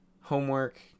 homework